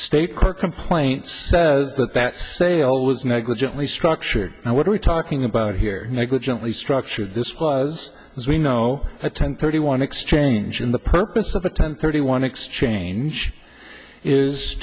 state court complaint says that that sale was negligently structured and what are we talking about here negligently structured this was as we know at ten thirty one exchange in the purpose of a ten thirty one exchange is